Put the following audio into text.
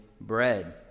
bread